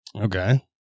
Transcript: Okay